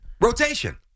Rotation